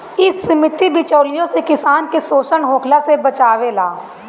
इ समिति बिचौलियों से किसान के शोषण होखला से बचावेले